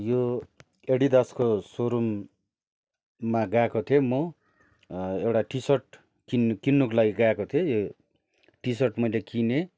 यो एडिडासको सोरुममा गएको थिएँ म एउटा टिसर्ट किन्न किन्नुको लागि गएको थिएँ टिसर्ट मैले किनेँ